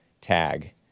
tag